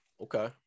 Okay